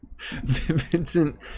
Vincent